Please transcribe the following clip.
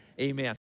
Amen